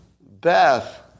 Beth